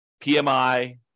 PMI